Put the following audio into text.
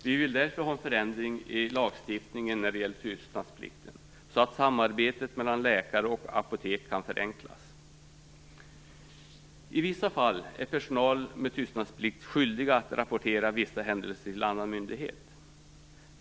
Därför vill vi ha en förändring i lagstiftningen när det gäller tystnadsplikten så att samarbetet mellan läkare och apotek kan förenklas. I vissa fall är personal med tystnadsplikt skyldiga att rapportera vissa händelser till annan myndighet.